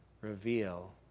reveal